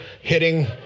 hitting